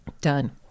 done